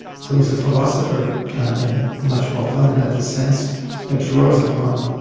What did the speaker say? so he's a philosopher in a much more fundamental sense that draws upon